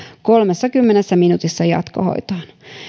kolmessakymmenessä minuutissa jatkohoitoon